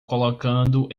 colocando